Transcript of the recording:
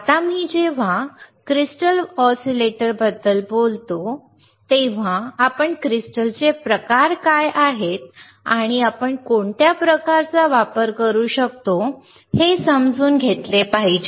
आता जेव्हा मी क्रिस्टल ऑसिलेटर बद्दल बोलतो तेव्हा आपण क्रिस्टलचे प्रकार काय आहेत आणि आपण कोणत्या प्रकारचा वापर करू शकतो हे समजून घेतले पाहिजे